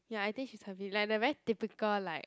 ya I think she's happy like the very typical like